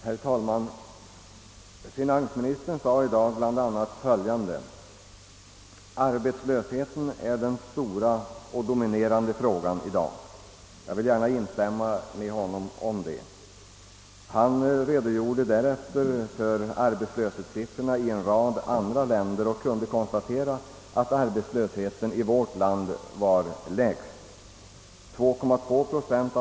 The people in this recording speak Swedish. Herr talman! Finansministern sade tidigare i dag bl.a. att arbetslösheten just nu är den stora och dominerande frågan. Jag vill gärna hålla med honom om detta. Finansministern redogjorde därefter för arbetslöshetssiffrorna i en rad andra länder och kunde konstatera, att arbetslösheten i vårt land var lägst.